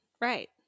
Right